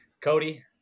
Cody